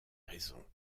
raison